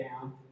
down